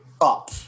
up